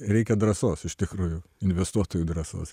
reikia drąsos iš tikrųjų investuotojų drąsos